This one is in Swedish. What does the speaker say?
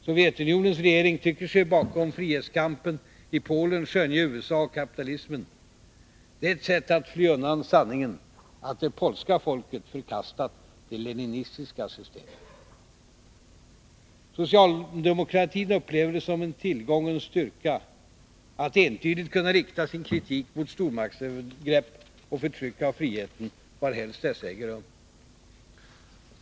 Sovjetunionens regering tycker sig bakom frihetskampen i Polen skönja USA och kapitalismen. Det är ett sätt att fly undan sanningen att det polska folket förkastat det leninistiska systemet. Socialdemokratin upplever det som en tillgång och styrka att entydigt kunna rikta sin kritik mot stormaktsövergrepp och förtryck av friheten varhelst dessa äger rum.